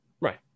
Right